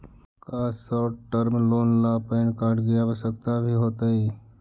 का short term loan ला PAN card की आवश्यकता भी होतइ